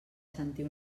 sentir